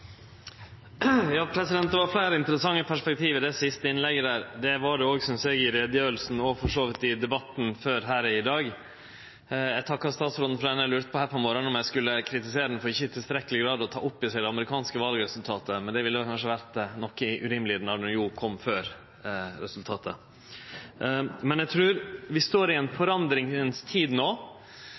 Det var fleire interessante perspektiv i det siste innlegget. Det synest eg òg det var i utgreiinga – og for så vidt òg i debatten før i dag. Eg takkar statsråden. Til morgonen i dag lurte eg på om eg skulle kritisere ho for ikkje i tilstrekkeleg grad å ta opp det amerikanske valresultatet, men det ville kanskje ha vore noko urimeleg når jo utgreiinga kom før resultatet. Men eg trur vi står i ei tid